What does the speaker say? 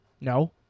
No